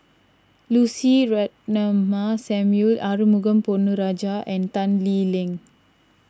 Lucy Ratnammah Samuel Arumugam Ponnu Rajah and Tan Lee Leng